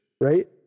right